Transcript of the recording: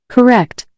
Correct